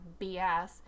BS